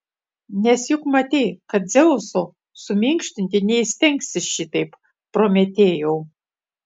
nes juk matei kad dzeuso suminkštinti neįstengsi šitaip prometėjau